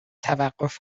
توقف